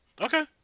Okay